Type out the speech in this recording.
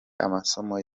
amasomo